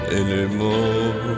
anymore